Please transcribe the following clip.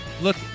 look